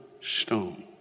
stone